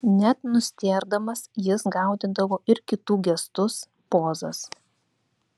net nustėrdamas jis gaudydavo ir kitų gestus pozas